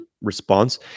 response